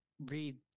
read